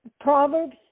Proverbs